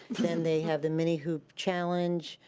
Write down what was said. then they have the mini-hoop challenge,